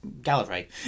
Gallifrey